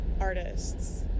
artists